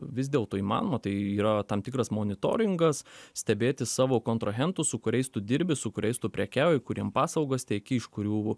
vis dėlto įmanoma tai yra tam tikras monitoringas stebėti savo kontrahentus su kuriais tu dirbi su kuriais tu prekiauji kuriem paslaugas teiki iš kurių